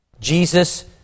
Jesus